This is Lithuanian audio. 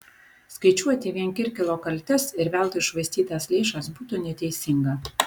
skaičiuoti vien kirkilo kaltes ir veltui iššvaistytas lėšas būtų neteisinga